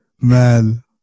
man